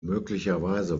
möglicherweise